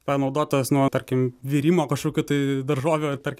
panaudotas nuo tarkim virimo kažkokių tai daržovių ar tarkim